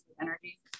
energy